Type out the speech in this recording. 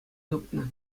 тупнӑ